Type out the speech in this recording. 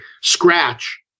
scratch